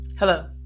Hello